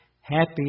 happy